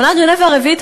אמנת ז'נבה הרביעית,